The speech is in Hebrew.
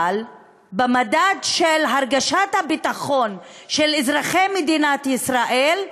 אבל במדד של הרגשת הביטחון של אזרחי מדינת ישראל,